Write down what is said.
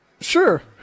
sure